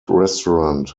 restaurant